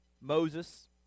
Moses